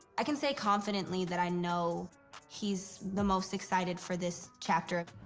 i can say confidently that i know he's the most excited for this chapter